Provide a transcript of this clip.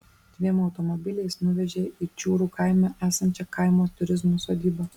dviem automobiliais nuvežė į čiūrų kaime esančią kaimo turizmo sodybą